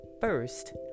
First